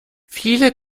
viele